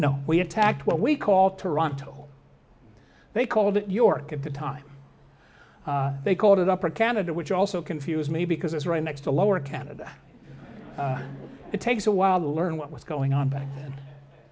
no we attacked what we call toronto they called it york at the time they called it upper canada which also confused me because it's right next to lower canada it takes a while to learn what was going on b